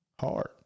Hard